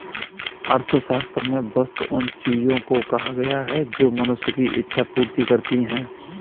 अर्थशास्त्र में वस्तु उन चीजों को कहा गया है जो मनुष्य की इक्षा पूर्ति करती हैं